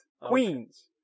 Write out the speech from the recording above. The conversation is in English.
queens